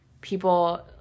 people